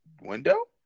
window